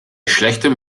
schlechtem